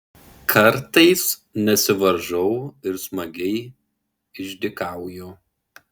kartais nesivaržau ir smagiai išdykauju